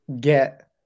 get